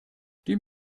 dem